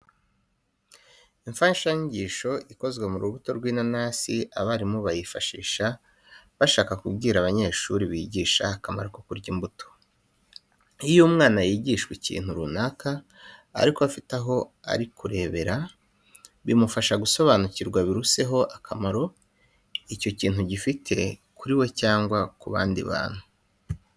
Imfashanyigisho ikozwe mu rubuto rw'inanasi, abarimu bayifashisha bashaka kubwira abanyeshuri bigisha akamaro ko kurya imbuto. Iyo umwana yigishwa ikintu runaka ariko afite aho ari kurebera, bimufasha gusobanukirwa biruseho akamaro icyo kintu gifite kuri we cyangwa no ku bandi bantu.